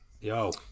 Yo